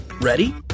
Ready